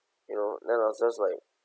you know then I was just like